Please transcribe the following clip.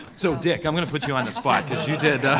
so, dick, i'm gonna put you on the spot, cause you did